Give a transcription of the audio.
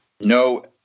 No